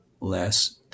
less